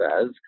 says